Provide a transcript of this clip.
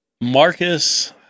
Marcus